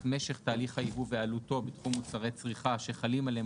משך תהליך היבוא ועלותו בתחום מוצרי צריכה שחלים עליהם